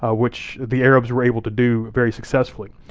ah which the arabs were able to do very successfully.